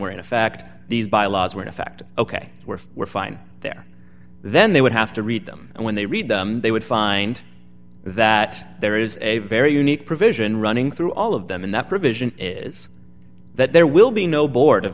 were in effect these bylaws were in effect ok were were fine there then they would have to read them and when they read them they would find that there is a very unique provision running through all of them and that provision is that there will be no board of